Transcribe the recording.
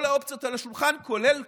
כל האופציות על השולחן, כולל